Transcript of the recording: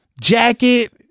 jacket